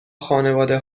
خانواده